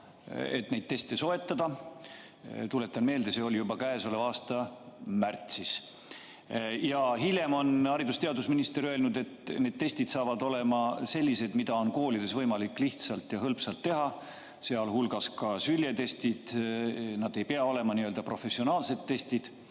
et neid teste soetada. Tuletan meelde, see oli juba käesoleva aasta märtsis. Hiljem on haridus- ja teadusminister öelnud, et need testid saavad olema sellised, mida on koolides võimalik lihtsalt ja hõlpsalt kasutada, sealhulgas ka süljetestid. Need ei pea olema n-ö professionaalsed testid